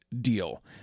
deal